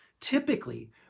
Typically